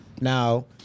Now